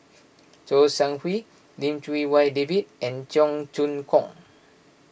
Kouo Shang Wei Lim Chee Wai David and Cheong Choong Kong